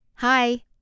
Hi